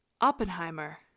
Oppenheimer